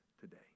today